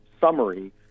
summary